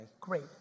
Great